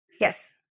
Yes